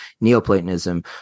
Neoplatonism